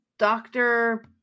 Doctor